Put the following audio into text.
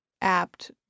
apt